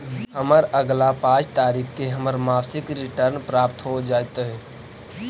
हमरा अगला पाँच तारीख के हमर मासिक रिटर्न प्राप्त हो जातइ